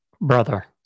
brother